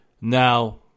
Now